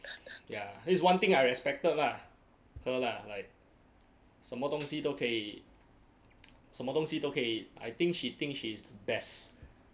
ya this is one thing I respected lah her lah like 什么东西都可以什么东西都可以 I think she think she is best